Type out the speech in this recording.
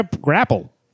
grapple